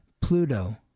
Pluto